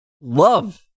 love